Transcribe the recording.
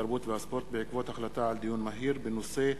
התרבות והספורט בעקבות דיון מהיר בנושא: